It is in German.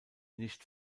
nicht